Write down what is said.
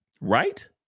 right